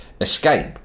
escape